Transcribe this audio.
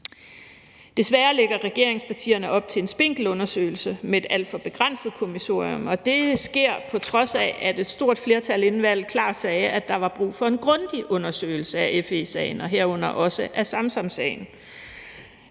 Desværre lægger regeringspartierne op til en spinkel undersøgelse med et alt for begrænset kommissorium, og det sker, på trods af at et stort flertal inden valget klart sagde, at der var brug for en grundig undersøgelse af FE-sagen, herunder også af Samsam-sagen.